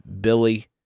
Billy